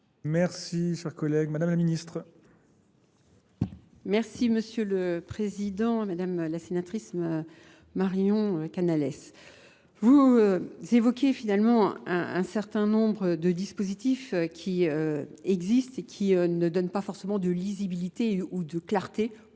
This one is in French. Merci, cher collègue. Madame la Ministre. Merci Monsieur le Président, Madame la Sénatrice Marion Canales. Vous évoquez finalement un certain nombre de dispositifs qui existent et qui ne donnent pas forcément de lisibilité ou de clarté.